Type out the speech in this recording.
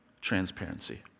transparency